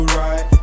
right